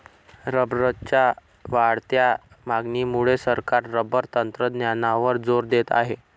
रबरच्या वाढत्या मागणीमुळे सरकार रबर तंत्रज्ञानावर जोर देत आहे